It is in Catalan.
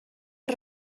els